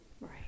Right